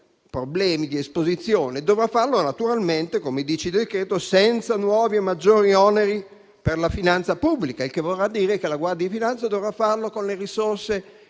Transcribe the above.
problemi di esposizione e dovrà farlo, naturalmente, come indica il decreto, senza nuovi e maggiori oneri per la finanza pubblica, il che vorrà dire che la Guardia di finanza dovrà farlo con le risorse